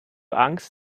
angst